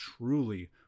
truly